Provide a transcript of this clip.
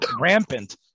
rampant